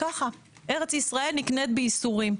ארץ ישראל נקנית בייסורים.